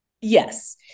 Yes